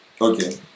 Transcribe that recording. Okay